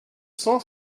cent